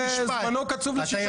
זמנו קצוב לשישה חודשים.